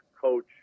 coach